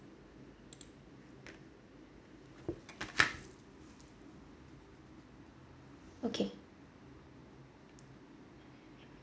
okay